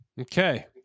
okay